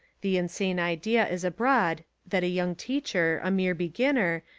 the insane idea is abroad' that a young teacher, a mere beginner,